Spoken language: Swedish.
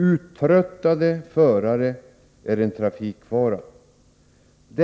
Uttröttade förare är en trafikfara.